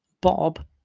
Bob